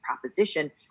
proposition